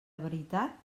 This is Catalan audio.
veritat